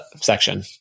section